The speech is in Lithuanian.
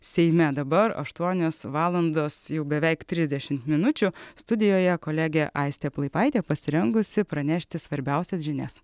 seime dabar aštuonios valandos jau beveik trisdešimt minučių studijoje kolegė aistė plaipaitė pasirengusi pranešti svarbiausias žinias